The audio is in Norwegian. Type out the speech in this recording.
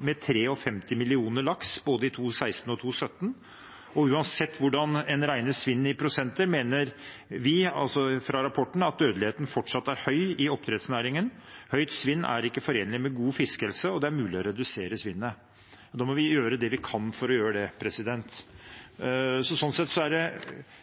med 53 millioner laks i både 2016 og 2017. Uansett hvordan en regner svinn i prosenter, mener vi – altså ut fra rapporten – at dødeligheten fortsatt er høy i oppdrettsnæringen, at høyt svinn ikke er forenlig med god fiskehelse, og at det er mulig å redusere svinnet. Da må vi gjøre det vi kan. Sånn sett er det